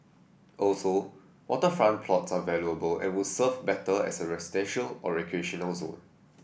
also waterfront plots are valuable and would serve better as a residential or recreational zone